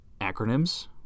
acronyms